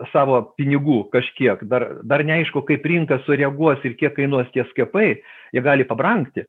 savo pinigų kažkiek dar dar neaišku kaip rinka sureaguos ir kiek kainuos tie skiepai jie gali pabrangti